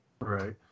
right